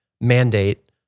mandate